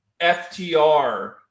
FTR